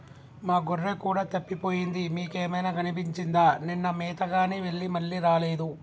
మా గొర్రె కూడా తప్పిపోయింది మీకేమైనా కనిపించిందా నిన్న మేతగాని వెళ్లి మళ్లీ రాలేదు